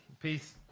Peace